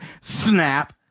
snap